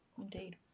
indeed